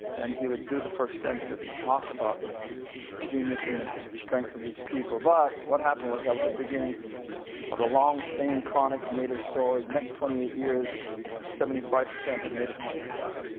and he would do the first census. he'd talk about the genius and the strength of these people. but what happened was, that was the beginning of the long, same chronic native story. next twenty eight years, seventy five percent of native hawaiians would die.